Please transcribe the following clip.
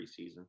preseason